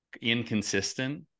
inconsistent